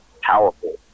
powerful